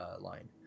line